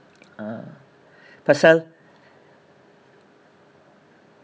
ah pasal